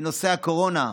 בנושא הקורונה,